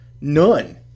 none